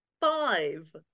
Five